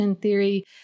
theory